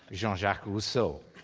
jean-jacques rousseau.